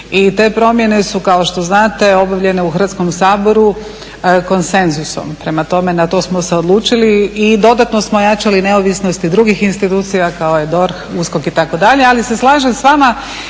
i te promjene su kao što znate obavljene u Hrvatskom saboru konsenzusom, prema tome na to smo se odlučili i dodatno smo ojačali neovisnost i drugih institucija kao DORH, USKOK itd.